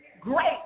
great